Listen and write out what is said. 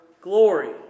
glory